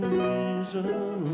reason